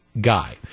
guy